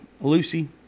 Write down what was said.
Lucy